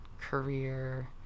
career